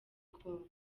congo